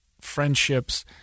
friendships